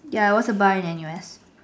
ya there was a bar in N_U_S